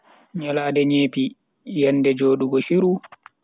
Nyalande nyepi, yende jodugo shiru.